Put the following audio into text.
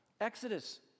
Exodus